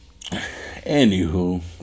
Anywho